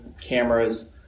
cameras